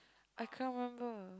I can't remember